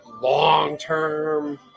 long-term